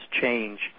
change